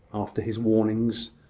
after his warnings,